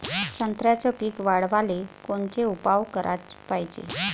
संत्र्याचं पीक वाढवाले कोनचे उपाव कराच पायजे?